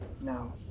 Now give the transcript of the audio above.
No